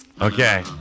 Okay